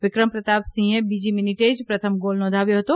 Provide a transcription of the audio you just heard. વિક્રમ પ્રતાપસિંહે બીજી મીનીટે જ પ્રથમ ગોલ નોંધાવ્યો હતો